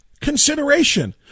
consideration